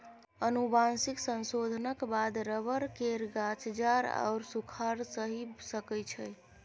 आनुवंशिक संशोधनक बाद रबर केर गाछ जाड़ आओर सूखाड़ सहि सकै छै